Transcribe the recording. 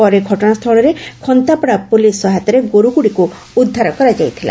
ପରେ ଘଟଶାସ୍ଚଳରେ ଖନ୍ତାପଡ଼ା ପୁଲିସ୍ ସହାୟତାରେ ଗୋରୁଗୁଡ଼ିକୁ ଉଦ୍ଧାର କରାଯାଇଥିଲା